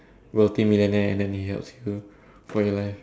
multi-millionaire then he helps you for your life